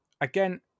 again